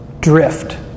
drift